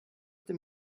dem